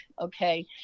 okay